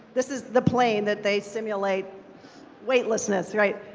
this is the plane that they simulate weightlessness, right?